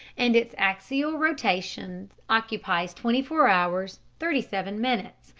and its axial rotation occupies twenty four hours thirty seven minutes.